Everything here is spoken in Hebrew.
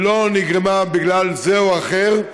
היא לא נגרמה בגלל זה או אחר,